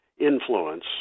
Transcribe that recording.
influence